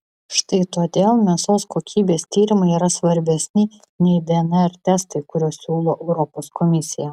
štai todėl mėsos kokybės tyrimai yra svarbesni nei dnr testai kuriuos siūlo europos komisija